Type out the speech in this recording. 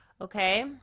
Okay